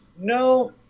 No